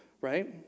right